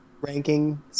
ranking